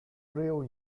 rail